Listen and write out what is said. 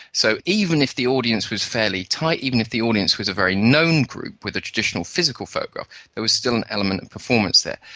so even if the audience was fairly tight, even if the audience was a very known group, with a traditional physical photograph there was still an element of and performance there.